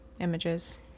images